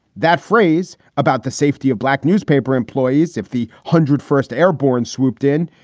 that phrase about the safety of black newspaper employees. if the hundred first airborne swooped in,